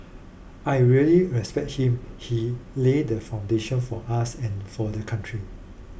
I really respect him he laid the foundation for us and for the country